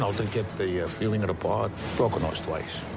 um to get the ah feeling of the part. broke her nose twice.